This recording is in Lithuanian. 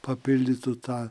papildytų tą